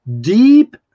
deep